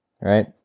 right